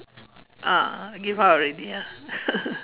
uh give up already ah